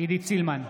עידית סילמן,